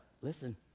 Listen